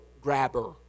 grabber